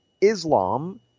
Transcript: Islam